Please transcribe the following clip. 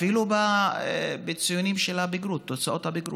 אפילו בציונים של תוצאות הבגרות,